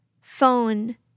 Phone